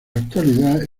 actualidad